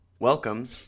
Welcome